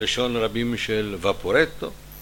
ראשון רבים של ופורטו